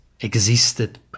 existed